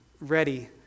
ready